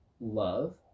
love